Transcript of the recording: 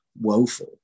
woeful